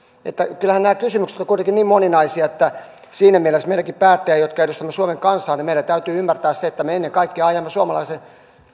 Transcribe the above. kyllähän nämä kysymykset ovat kuitenkin niin moninaisia että siinäkin mielessä meidän päättäjienkin jotka edustamme suomen kansaa täytyy ymmärtää se että me ennen kaikkea ajamme